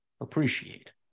appreciate